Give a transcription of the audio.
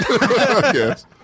yes